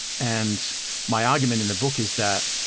and my argument in the book is that